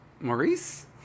Maurice